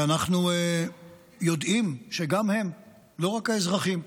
ואנחנו יודעים שגם הם, לא רק האזרחים,